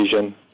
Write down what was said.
vision